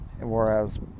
whereas